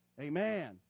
Amen